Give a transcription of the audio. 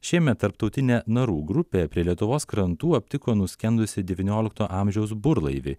šiemet tarptautinė narų grupė prie lietuvos krantų aptiko nuskendusį devyniolikto amžiaus burlaivį